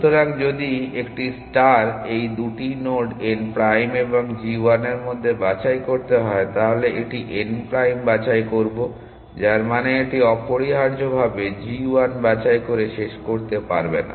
সুতরাং যদি একটি ষ্টার এই 2টি নোড n prime এবং g 1 এর মধ্যে বাছাই করতে হয় তাহলে এটি n প্রাইম বাছাই করবো যার মানে এটি অপরিহার্যভাবে g1 বাছাই করে শেষ করতে পারবে না